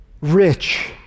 Rich